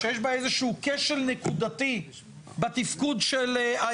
שיש בה איזה שהוא כשל נקודתי בתפקוד של העיר,